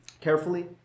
Carefully